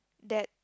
that